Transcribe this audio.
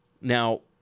Now